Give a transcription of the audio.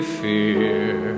fear